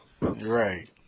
Right